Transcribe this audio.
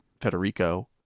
Federico